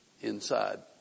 inside